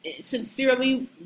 sincerely